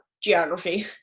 geography